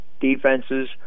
Defenses